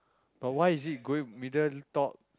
but why is it going middle top